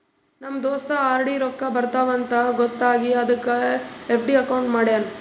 ನಮ್ ದೋಸ್ತ ಆರ್.ಡಿ ರೊಕ್ಕಾ ಬರ್ತಾವ ಅಂತ್ ಗೊತ್ತ ಆಗಿ ಅದಕ್ ಎಫ್.ಡಿ ಅಕೌಂಟ್ ಮಾಡ್ಯಾನ್